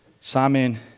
Simon